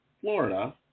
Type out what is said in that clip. Florida